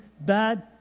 bad